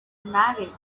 married